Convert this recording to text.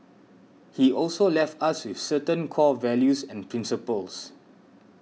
he also left us with certain core values and principles